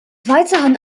weiterhin